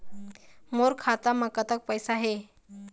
मोर खाता म कतक पैसा हे?